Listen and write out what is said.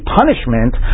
punishment